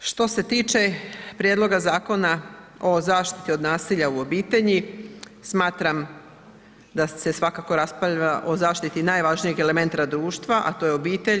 Što se tiče prijedloga Zakona o zaštiti od nasilja u obitelji, smatram da se svakako raspravlja o zaštititi najvažnije elementa društva, a to je obitelj.